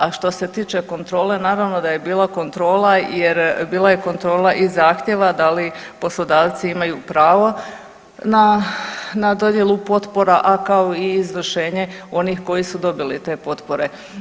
A što se tiče kontrole naravno da je bila kontrola jer bila je kontrola i zahtjeva da li poslodavci imaju pravo na, na dodjelu potpora, a kao i izvršenje onih koji su dobili te potpore.